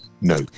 no